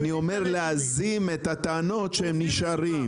אני אומר להזים את הטענות שהם נשארים.